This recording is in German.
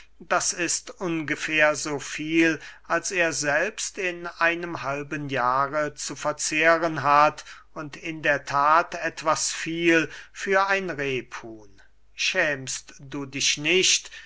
d i ungefähr so viel als er selbst in einem halben jahre zu verzehren hat und in der that etwas viel für ein rephuhn schämst du dich nicht